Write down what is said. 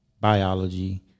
biology